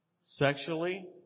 Sexually